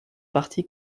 parti